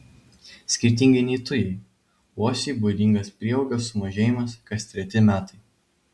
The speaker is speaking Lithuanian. skirtingai nei tujai uosiui būdingas prieaugio sumažėjimas kas treti metai